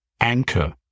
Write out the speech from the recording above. anchor